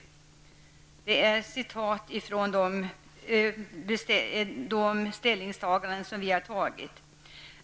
Detta är hämtat från de ställningstaganden som riksdagen har gjort.